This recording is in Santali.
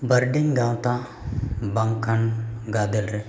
ᱵᱟᱨᱰᱤᱝ ᱜᱟᱶᱛᱟ ᱵᱟᱝᱠᱷᱟᱱ ᱜᱟᱫᱮᱞ ᱨᱮ